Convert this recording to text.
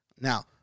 Now